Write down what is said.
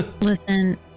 Listen